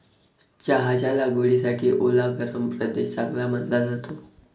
चहाच्या लागवडीसाठी ओला गरम प्रदेश चांगला मानला जातो